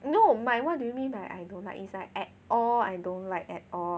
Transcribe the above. no but what do you mean by I don't like is like at all I don't like at all 我不喜欢